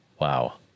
Wow